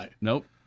Nope